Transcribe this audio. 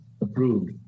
approved